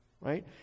right